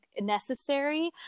necessary